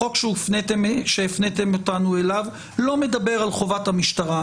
החוק שהפניתם אותנו אליו לא מדבר על חובת המשטרה,